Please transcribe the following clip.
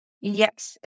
yes